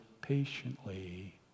patiently